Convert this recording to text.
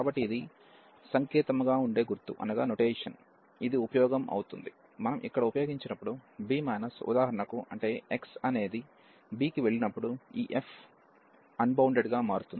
కాబట్టి ఇది సంకేతముగా వుండే గుర్తు ఉపయోగం అవుతుంది మనం ఇక్కడ ఉపయోగించినప్పుడు b ఉదాహరణకు అంటే x అనేది b కి వెళ్ళినప్పుడు ఈ f అన్బౌండెడ్ గా మారుతుంది